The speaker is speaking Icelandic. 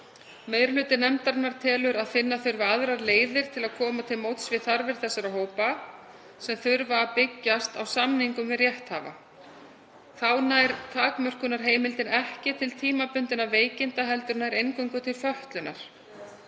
Meiri hluti nefndarinnar telur að finna þurfi aðrar leiðir til að koma til móts við þarfir þessara hópa sem þurfa að byggjast á samningum við rétthafa. Þá nær takmörkunarheimildin ekki til tímabundinna veikinda heldur nær eingöngu til fötlunar.